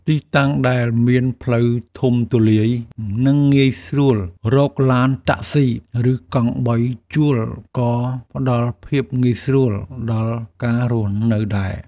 ទីតាំងដែលមានផ្លូវធំទូលាយ និងងាយស្រួលរកឡានតាក់ស៊ី ឬកង់បីជួលក៏ផ្តល់ភាពងាយស្រួលដល់ការរស់នៅដែរ។